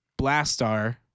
Blastar